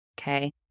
okay